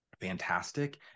fantastic